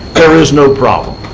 there is no problem.